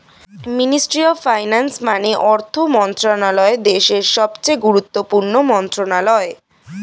ministry of finance মানে অর্থ মন্ত্রণালয় দেশের সবচেয়ে গুরুত্বপূর্ণ মন্ত্রণালয়